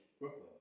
Brooklyn